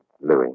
Louis